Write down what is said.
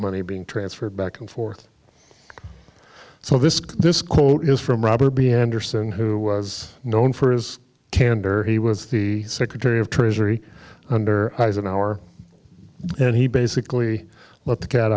money being transferred back and forth so this this quote is from robert b enderson who was known for his candor he was the secretary of treasury under eisenhower and he basically let the cat